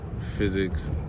physics